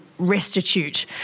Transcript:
restitute